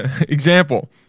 Example